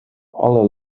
alle